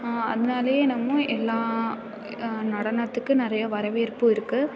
அதனாலயே நம்ம எல்லா நடனத்துக்கும் நிறைய வரவேற்பு இருக்குது